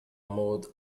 mode